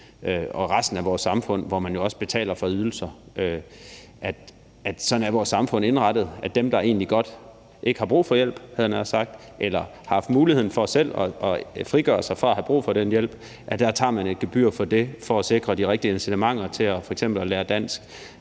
og i resten af vores samfund, hvor man jo også betaler for ydelser, at sådan er vores samfund indrettet, altså at hvad angår dem, der, havde jeg nær sagt, egentlig ikke har brug for hjælp eller har haft muligheden for selv at frigøre sig fra have brug for den hjælp, tager man et gebyr for at sikre, at der er et incitament til f.eks. at lære dansk.